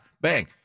Bang